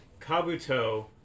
Kabuto